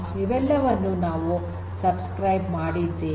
ಇವೆಲ್ಲವನ್ನೂ ನಾವು ಚಂದಾದಾರರಾಗಿದ್ದೇವೆ